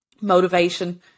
motivation